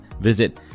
visit